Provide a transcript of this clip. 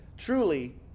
Truly